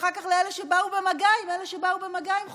ואחר כך לאלה שבאו במגע עם אלה שבאו במגע עם חולים.